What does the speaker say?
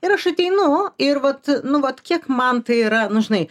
ir aš ateinu ir vat nu vat kiek man tai yra nu žinai